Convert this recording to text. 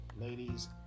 ladies